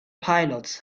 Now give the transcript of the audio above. pilots